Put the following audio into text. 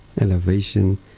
elevation